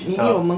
the